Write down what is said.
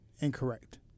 incorrect